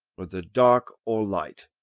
whether dark or light,